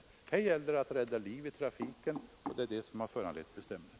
Här gäller det att rädda liv i trafiken, och det är det som har föranlett bestämmelserna.